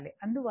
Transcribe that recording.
అందువలన